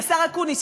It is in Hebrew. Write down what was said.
השר אקוניס,